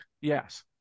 Yes